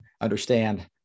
understand